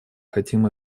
хотим